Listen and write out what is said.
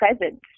present